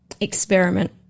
experiment